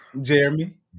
jeremy